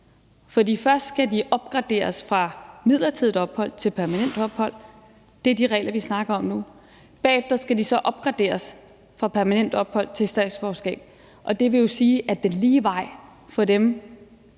først skal de opgraderes fra midlertidig opholdstilladelse til permanent opholdstilladelse – det er de regler, vi snakker om nu – bagefter skal de så opgraderes fra permanent opholdstilladelse til statsborgerskab. Det vil jo sige, at den lige vej for dem,